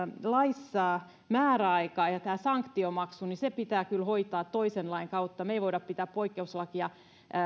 laissa määräaika ja ja tämä sanktiomaksu pitää kyllä hoitaa toisen lain kautta me emme voi pitää poikkeuslakia